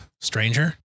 stranger